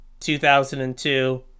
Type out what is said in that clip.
2002